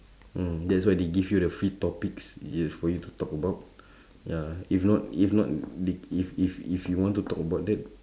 mm that's why they give you the free topics it is for you to talk about ya if not if not if if if you want to talk about that